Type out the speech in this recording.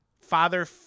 father